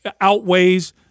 outweighs